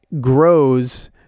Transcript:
grows